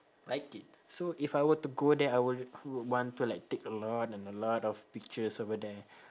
like it so if I were to go there I will want to like take a lot and a lot of pictures over there